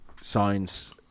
signs